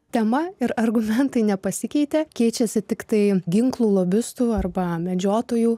tema ir argumentai nepasikeitė keičiasi tiktai ginklų lobistų arba medžiotojų